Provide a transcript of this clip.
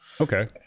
okay